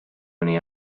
many